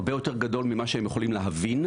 הרבה יותר גדול ממה שהם יכולים להבין,